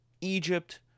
Egypt